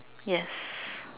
yes